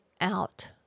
out